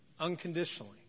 unconditionally